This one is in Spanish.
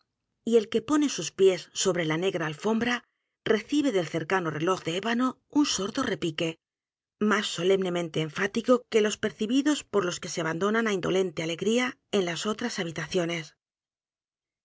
y el que pone sus pies sobre la negra alfombra recibe del cercano reloj de ébano un sordo repique más solemnemente enfático que los percibidos por los que se abandonan á indolente alegría en las otras habitaciones